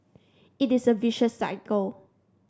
it is a vicious cycle